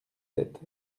sept